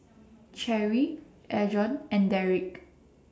Cherry Adron and Derrick